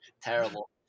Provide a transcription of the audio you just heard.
Terrible